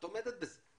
את עומדת בזה,